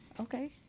Okay